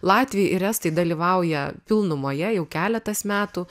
latviai ir estai dalyvauja pilnumoje jau keletas metų